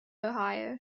ohio